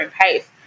pace